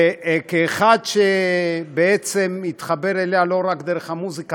וכאחד שבעצם התחבר אליה לא רק דרך המוזיקה,